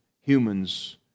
humans